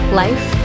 life